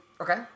Okay